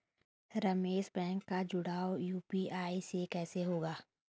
Ramesh bank का जुड़ाव UPI से कैसे होगा?